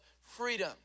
freedom